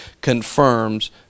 confirms